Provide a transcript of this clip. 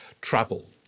travel